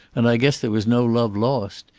and i guess there was no love lost.